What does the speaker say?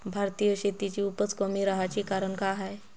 भारतीय शेतीची उपज कमी राहाची कारन का हाय?